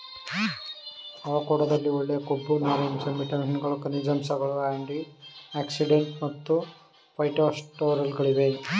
ಅವಕಾಡೊದಲ್ಲಿ ಒಳ್ಳೆಯ ಕೊಬ್ಬು ನಾರಿನಾಂಶ ವಿಟಮಿನ್ಗಳು ಖನಿಜಾಂಶಗಳು ಆಂಟಿಆಕ್ಸಿಡೆಂಟ್ ಮತ್ತು ಫೈಟೊಸ್ಟೆರಾಲ್ಗಳಿವೆ